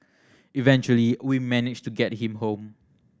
eventually we managed to get him home